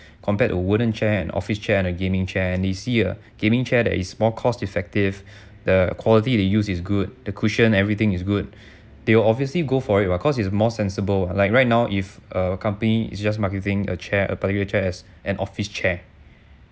compared to wooden chair and office chair and a gaming chair they see uh gaming chair that is more cost effective the quality they use is good the cushion everything is good they will obviously go for it what cause it's more sensible like right now if a company is just marketing a chair a particular as an office chair